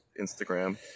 Instagram